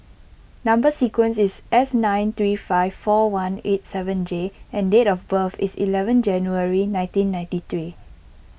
Number Sequence is S nine three five four one eight seven J and date of birth is eleven January nineteen ninety three